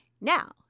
Now